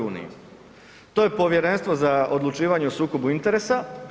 To je Povjerenstvo za odlučivanje o sukobu interesa.